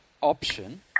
option